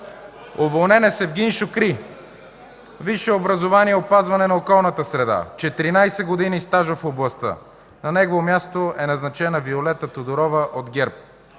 Уволнен е Севгин Шукри – висше образование „Опазване на околната среда”, 14 години стаж в областта. На негово място е назначена Виолета Тодорова от ГЕРБ.